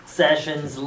sessions